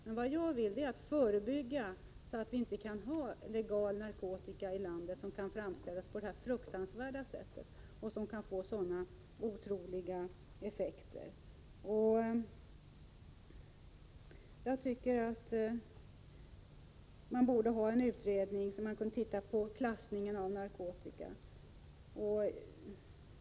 Men vad jag önskar är en förebyggande verksamhet, så att vi inte i vårt land får en legal förekomst av sådan här fruktansvärd narkotika, som kan få oerhört skadliga effekter. Vi behöver alltså en utredning om klassningen av narkotika.